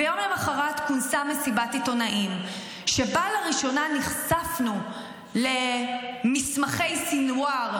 ויום למחרת כונסה מסיבת עיתונאים שבה לראשונה נחשפנו למסמכי סנוואר,